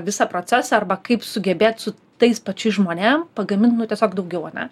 visą procesą arba kaip sugebėt su tais pačiais žmonėm pagamint nu tiesiog daugiau ane